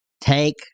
take